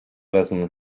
wezmą